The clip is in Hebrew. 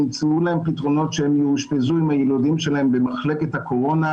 נמצאו להן פתרונות שהן יאושפזו עם הילודים שלהן במחלקת הקורונה,